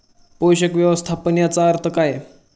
पोषक व्यवस्थापन याचा अर्थ काय?